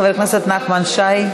חבר הכנסת נחמן שי.